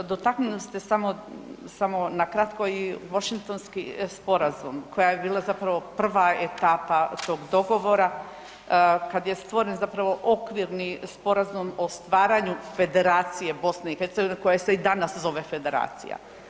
Dotaknuli ste samo na kratko i Washingtonski sporazum koja je bila zapravo prva etapa tog dogovora kad je stvoren zapravo okvirni sporazum o stvaranju Federacije Bosne i Hercegovine koja se i danas zove federacija.